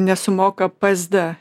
nesumoka psd